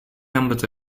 numbers